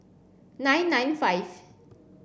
nine nine five